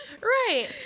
Right